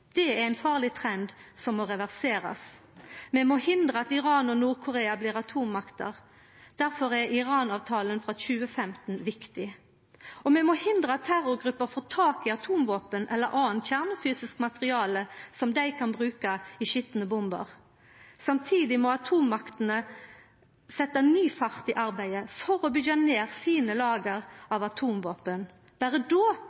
Det er ein farleg trend, som må reverserast. Vi må hindra at Iran og Nord-Korea blir atommakter. Derfor er Iran-avtalen frå 2015 viktig. Og vi må hindra at terrorgrupper får tak i atomvåpen eller anna kjernefysisk materiale som dei kan bruka i skitne bomber. Samtidig må atommaktene setja ny fart i arbeidet for å byggja ned sine lager av atomvåpen. Berre då